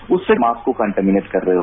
उससे मास्क को कंटीनमेंट कर रहे हो